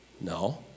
No